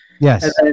Yes